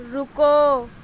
رکو